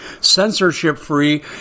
censorship-free